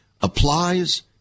applies